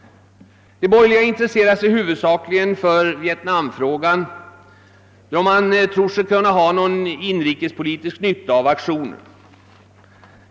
De borgerliga intresserar sig huvudsakligen för vietnamfrågan, då man tror sig kunna ha någon inrikespolitisk nytta av aktionen.